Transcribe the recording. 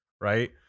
right